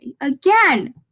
again